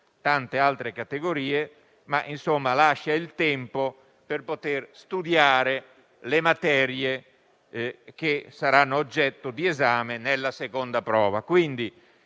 tante altre categorie e, insomma, lascia il tempo per poter studiare le materie che saranno oggetto di esame nella seconda prova.